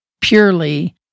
purely